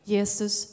Jesus